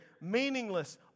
meaningless